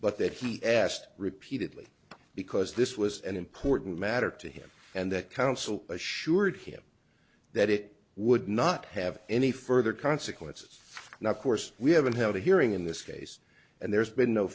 but that he asked repeatedly because this was an important matter to him and that counsel assured him that it would not have any further consequences and of course we haven't had a hearing in this case and there's been no